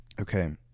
okay